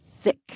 thick